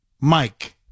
Mike